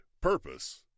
Purpose